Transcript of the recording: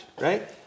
right